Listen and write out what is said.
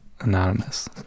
anonymous